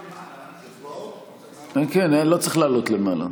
הניתוק התבטא במענק לא גדול מספיק,